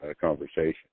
conversation